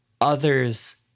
others